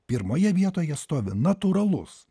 pirmoje vietoje stovi natūralus